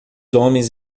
homens